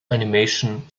animation